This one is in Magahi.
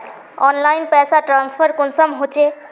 ऑनलाइन पैसा ट्रांसफर कुंसम होचे?